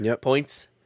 points